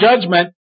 judgment